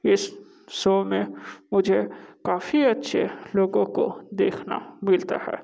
इस शो में मुझे काफी अच्छे लोगों को देखना मिलता है